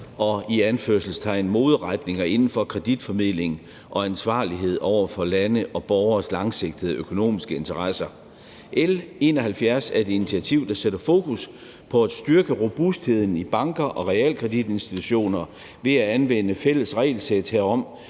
– moderetninger inden for kreditformidling og ansvarlighed over for landes og borgeres langsigtede økonomiske interesser. L 71 er et initiativ, der sætter fokus på at styrke robustheden i banker og realkreditinstitutioner ved at anvende fælles regelsæt herom